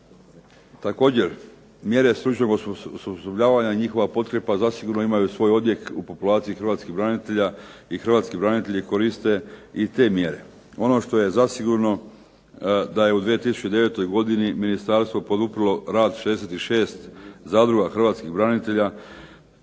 Također mjere stručnog osposobljavanja i njihova potkrepa zasigurno imaju svoj odjek u populaciji hrvatskih branitelja i hrvatski branitelji koriste i te mjere. Ono što je zasigurno da je u 2009. godini ministarstvo poduprlo rad 66 zadruga hrvatskih branitelja,